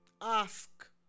ask